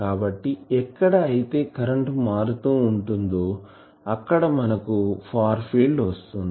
కాబట్టి ఎక్కడ అయితే కరెంటు మారుతూ ఉంటుందో అక్కడ మనకు ఫార్ ఫీల్డ్ వస్తుంది